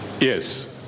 yes